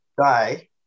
die